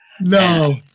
No